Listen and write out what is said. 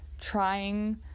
trying